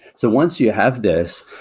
so once you have this,